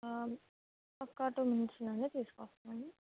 ఒక two minutes ఉండండి తీసుకు వస్తాను